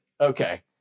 okay